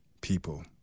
people